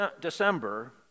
December